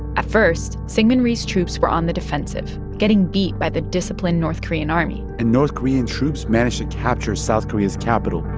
at first, syngman rhee's troops were on the defensive, getting beat by the disciplined disciplined north korean army and north korean troops managed to capture south korea's capital,